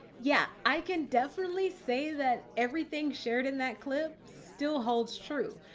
yeah, i can definitely say that everything shared in that clip still holds true.